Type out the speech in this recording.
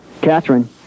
Catherine